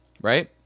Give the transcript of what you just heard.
right